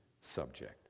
subject